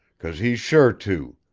because he's sure to.